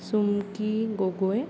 Chumki Gogoi